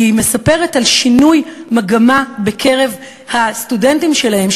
והיא מספרת על שינוי מגמה בקרב הסטודנטים שלהם,